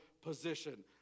position